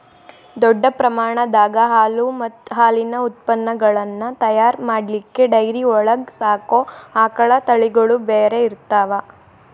ದೊಡ್ಡ ಪ್ರಮಾಣದಾಗ ಹಾಲು ಮತ್ತ್ ಹಾಲಿನ ಉತ್ಪನಗಳನ್ನ ತಯಾರ್ ಮಾಡ್ಲಿಕ್ಕೆ ಡೈರಿ ಒಳಗ್ ಸಾಕೋ ಆಕಳ ತಳಿಗಳು ಬ್ಯಾರೆ ಇರ್ತಾವ